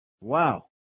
Wow